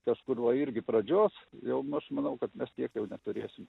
tas kur va irgi pradžios jau aš manau kad mes tiek jau neturėsim